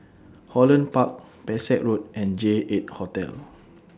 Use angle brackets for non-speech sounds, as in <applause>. Holland Park Pesek Road and J eight Hotel <noise>